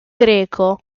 greco